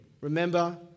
remember